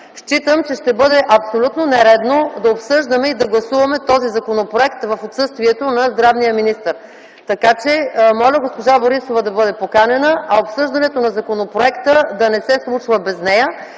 смятам, че ще бъде абсолютно нередно да обсъждаме и да гласуваме този законопроект в отсъствието на здравния министър. Моля госпожа Борисова да бъде поканена, а обсъждането на законопроекта да не се случва без нея.